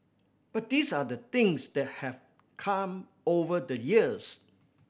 but these are the things that have come over the years